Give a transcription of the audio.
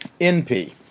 NP